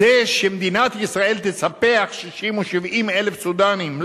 זה שמדינת ישראל תספח 60,000 או 70,000 סודנים.